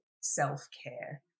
self-care